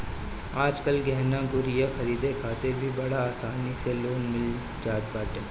आजकल गहना गुरिया खरीदे खातिर भी बड़ा आसानी से लोन मिल जात बाटे